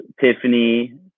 Tiffany